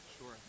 Sure